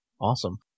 Awesome